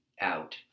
out